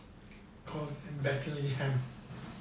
called